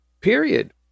period